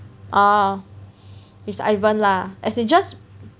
ah it's Ivan lah as in just